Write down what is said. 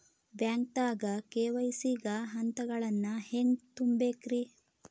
ಬ್ಯಾಂಕ್ದಾಗ ಕೆ.ವೈ.ಸಿ ಗ ಹಂತಗಳನ್ನ ಹೆಂಗ್ ತುಂಬೇಕ್ರಿ?